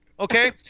Okay